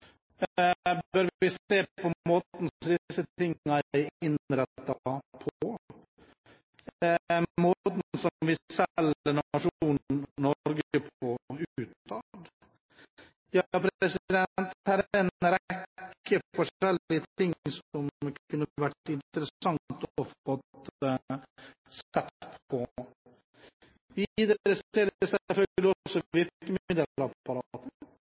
Bør vi se på måten dette er innrettet på, måten vi selger nasjonen Norge på utad? Ja, det er en rekke forskjellige ting som det kunne vært interessant å få sett på. Videre er det selvfølgelig også virkemiddelapparatet. Vi